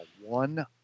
one